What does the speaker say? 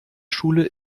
schule